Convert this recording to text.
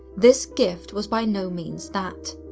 this gift was by no means that.